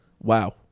Wow